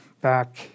back